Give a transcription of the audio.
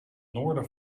noorden